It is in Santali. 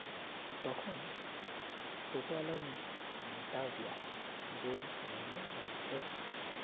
ᱛᱚᱠᱷᱚᱱ ᱴᱳᱴᱳ ᱟᱣᱞᱟᱧ ᱢᱮᱛᱟᱣ ᱫᱮᱭᱟ ᱡᱮ ᱧᱮᱞ ᱢᱮ ᱤᱧ ᱴᱷᱮᱱ